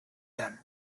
done